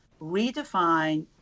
redefine